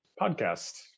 podcast